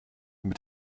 mit